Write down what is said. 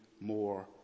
more